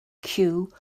cyw